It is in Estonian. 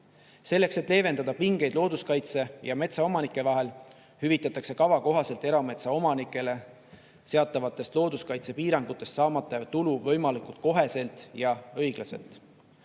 Selleks, et leevendada pingeid looduskaitse ja metsaomanike vahel, hüvitatakse kava kohaselt erametsaomanikele seatavatest looduskaitsepiirangutest saamata jääv tulu võimalikult kohe ja õiglaselt.